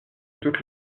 toute